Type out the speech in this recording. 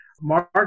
Mark